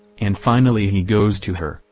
and finally he goes to her,